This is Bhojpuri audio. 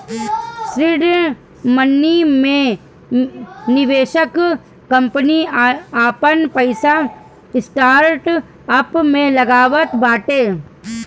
सीड मनी मे निवेशक कंपनी आपन पईसा स्टार्टअप में लगावत बाटे